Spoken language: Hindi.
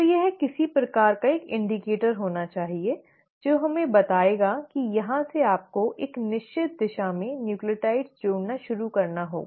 तो यह किसी प्रकार का एक संकेतक होना चाहिए जो हमें बताएगा कि यहां से आपको एक निश्चित दिशा में न्यूक्लियोटाइड जोड़ना शुरू करना होगा